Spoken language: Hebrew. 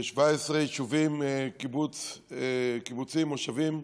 17 יישובים, קיבוצים, מושבים,